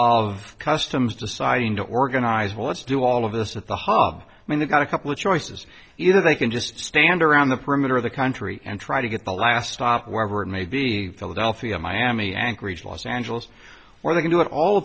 of customs deciding to organize a lets do all of this at the hub when they got a couple of choices either they can just stand around the perimeter of the country and try to get the last stop wherever it may be philadelphia miami anchorage los angeles where they can do it all